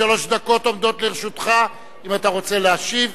שלוש דקות עומדות לרשותך אם אתה רוצה להשיב.